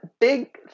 big